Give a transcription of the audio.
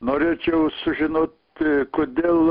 norėčiau sužinoti kodėl